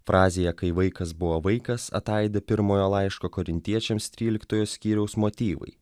frazėje kai vaikas buvo vaikas ataidi pirmojo laiško korintiečiams tryliktojo skyriaus motyvai